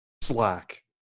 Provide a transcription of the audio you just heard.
slack